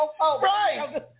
Right